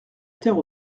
terre